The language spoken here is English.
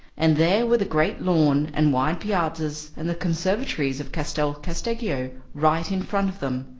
and there were the great lawn and wide piazzas and the conservatories of castel casteggio right in front of them.